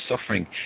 suffering